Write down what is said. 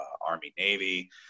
Army-Navy